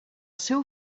seu